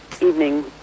evening